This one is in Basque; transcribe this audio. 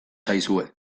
zaizue